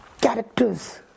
characters